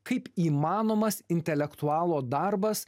kaip įmanomas intelektualo darbas